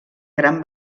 gran